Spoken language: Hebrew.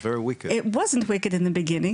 לא היה ברור,